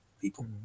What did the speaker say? people